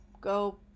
go